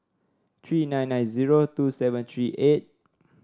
three nine nine zero two seven three eight